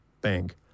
bank